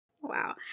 Wow